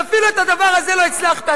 ואפילו את הדבר הזה לא הצלחת.